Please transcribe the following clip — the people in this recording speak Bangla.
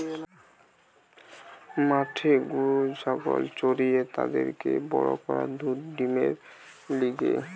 মাঠে গরু ছাগল চরিয়ে তাদেরকে বড় করা দুধ ডিমের লিগে